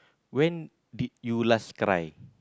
when did you last cry